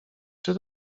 czy